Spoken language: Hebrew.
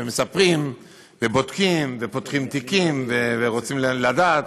ומספרים ובודקים ופותחים תיקים ורוצים לדעת.